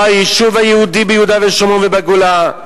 לא היישוב היהודי ביהודה ושומרון ובגולה,